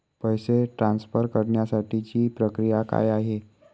पैसे ट्रान्सफर करण्यासाठीची प्रक्रिया काय आहे?